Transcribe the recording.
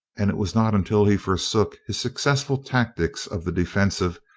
and it was not until he forsook his successful tactics of the defensive,